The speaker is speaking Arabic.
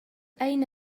أين